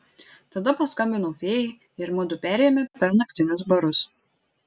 tada paskambinau fėjai ir mudu perėjome per naktinius barus